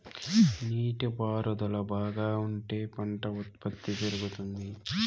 నీటి పారుదల బాగా ఉంటే పంట ఉత్పత్తి పెరుగుతుంది